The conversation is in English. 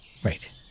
Right